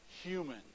human